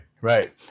right